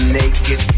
naked